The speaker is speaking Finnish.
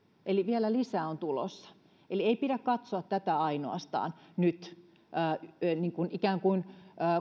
eli vielä lisää on tulossa ei pidä katsoa tätä ainoastaan nyt ikään kuin